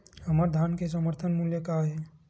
हमर धान के समर्थन मूल्य का हे?